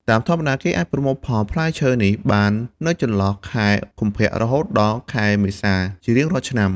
តាមធម្មតា គេអាចប្រមូលផលផ្លែឈើនេះបាននៅចន្លោះខែកុម្ភៈ រហូតដល់ខែមេសា ជារៀងរាល់ឆ្នាំ។